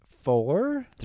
four